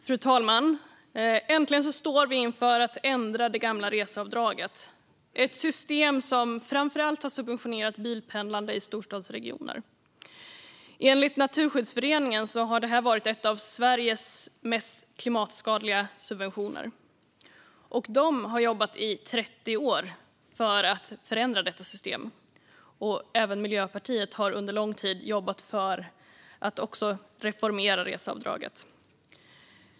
Fru talman! Äntligen står vi inför att ändra det gamla reseavdraget, ett system som framför allt har subventionerat bilpendlande i storstadsregioner. Enligt Naturskyddsföreningen har det varit en av Sveriges mest klimatskadliga subventioner, och föreningen har jobbat i 30 år för att förändra detta system. Även Miljöpartiet har under lång tid jobbat för att reformera reseavdraget.